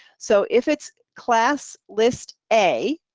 so if its class list a,